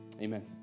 amen